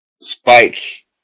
spike